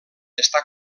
està